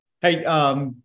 Hey